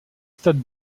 stade